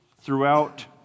throughout